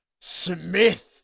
Smith